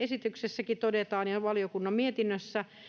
esityksessä ja valiokunnan mietinnössäkin